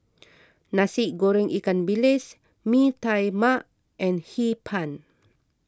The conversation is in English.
Nasi Goreng Ikan Bilis Mee Tai Mak and Hee Pan